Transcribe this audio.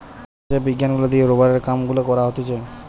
যে বিজ্ঞান গুলা দিয়ে রোবারের কাম গুলা করা হতিছে